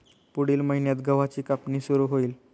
पुढील महिन्यात गव्हाची कापणी सुरू होईल